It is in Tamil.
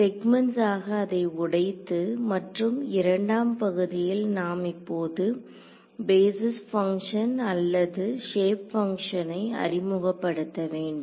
செக்மெண்ட்ஸ் ஆக அதை உடைத்து மற்றும் இரண்டாம் பகுதியில் நாம் இப்போது பேஸிஸ் பங்க்ஷன் அல்லது ஷேப் பங்ஷனை அறிமுகப்படுத்த வேண்டும்